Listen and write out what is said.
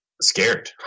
scared